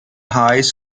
high